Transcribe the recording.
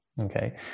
Okay